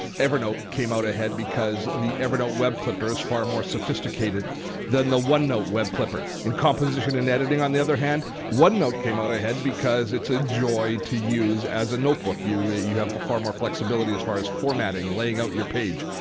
evernote came out ahead because the evernote web clipper is far more sophisticated than the one note web clipper. in composition and editing, on the other hand, one note came out ahead because it's a joy to use as a notebook. you you have far more flexibility as far as formatting, laying out your page,